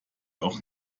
auch